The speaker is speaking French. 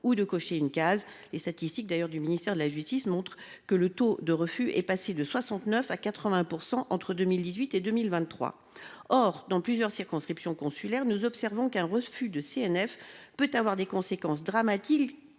de cocher une case. D’ailleurs, les statistiques du ministère de la justice montrent que le taux de refus est passé de 69 % à 80 % entre 2018 et 2023. Dans plusieurs circonscriptions consulaires, nous observons qu’un refus de CNF peut avoir des conséquences dramatiques